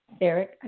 Eric